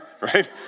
right